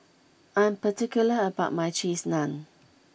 I'm particular about my Cheese Naan